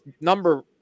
number